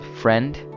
friend